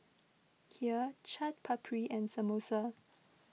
Kheer Chaat Papri and Samosa